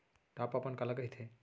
Top अपन काला कहिथे?